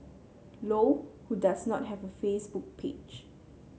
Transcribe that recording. Low who does not have a Facebook page